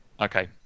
Okay